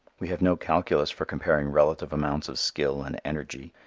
we have no calculus for comparing relative amounts of skill and energy.